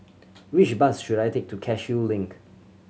which bus should I take to Cashew Link